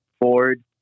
Ford